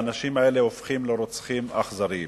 והאנשים האלה הופכים לרוצחים אכזריים.